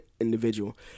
individual